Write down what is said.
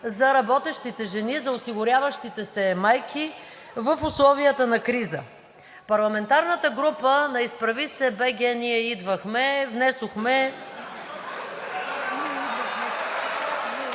за работещите жени, за осигуряващите се майки в условията на криза. Парламентарната група на „Изправи се БГ! Ние идваме!“ внесохме